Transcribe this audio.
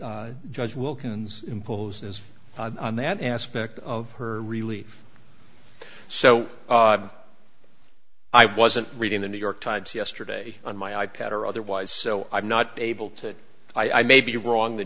what judge wilkins imposes on that aspect of her relief so i wasn't reading the new york times yesterday on my i pad or otherwise so i'm not able to i may be wrong the